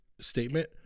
statement